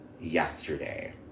yesterday